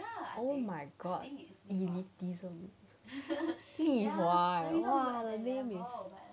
oh my god elitism 李华 !wow!